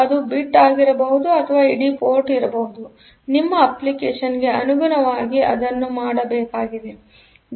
ಅದು ಬಿಟ್ಗೆ ಆಗಿರಬಹುದು ಅಥವಾ ಇಡೀ ಪೋರ್ಟ್ಗೆ ಇರಬಹುದುನಿಮ್ಮ ಅಪ್ಲಿಕೇಶನ್ ಗೆ ಅನುಗುಣವಾಗಿ ಅದು ಮಾಡಬೇಕಾಗಿದೆ